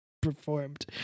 Performed